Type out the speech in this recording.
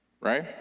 right